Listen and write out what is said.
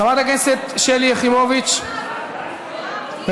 חברת הכנסת שלי יחימוביץ, מבקשת?